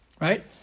right